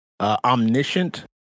Omniscient